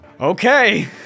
Okay